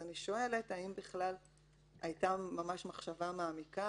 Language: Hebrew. אז אני שואלת האם בכלל הייתה מחשבה מעמיקה